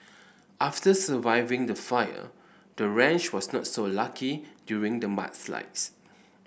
after surviving the fire the ranch was not so lucky during the mudslides